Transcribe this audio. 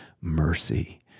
mercy